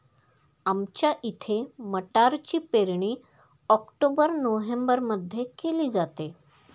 आमच्या इथे मटारची पेरणी ऑक्टोबर नोव्हेंबरमध्ये केली जाते